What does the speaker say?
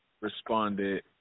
responded